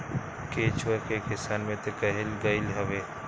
केचुआ के किसान मित्र कहल गईल हवे